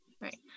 right